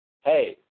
hey